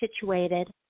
situated